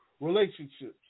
relationships